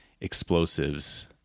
explosives